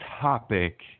topic